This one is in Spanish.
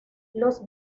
los